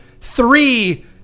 Three